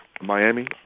Miami